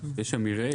יש שם מרעה?